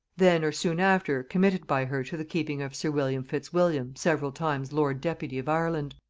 then, or soon after, committed by her to the keeping of sir william fitzwilliam several times lord-deputy of ireland.